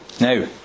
now